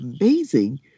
amazing